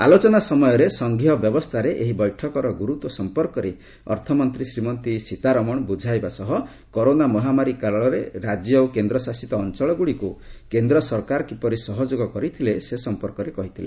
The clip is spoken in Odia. ଆଲୋଚନା ସମୟରେ ସଂଘୀୟ ବ୍ୟବସ୍ଥାରେ ଏହି ବୈଠକର ଗୁରୁତ୍ୱ ସଂପର୍କରେ ଅର୍ଥମନ୍ତ୍ରୀ ଶ୍ରୀମତୀ ସୀତାରମଣ ବୁଝାଇବା ସହ କରୋନା ମହାମାରୀ କାଳରେ ରାଜ୍ୟ ଓ କେନ୍ଦ୍ରଶାସିତ ଅଞ୍ଚଳଗୁଡ଼ିକୁ କେନ୍ଦ୍ର ସରକାର କିପରି ସହଯୋଗ କରିଥିଲେ ସେ ସଂପର୍କରେ କହିଥିଲେ